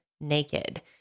naked